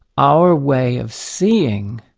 our way of seeing,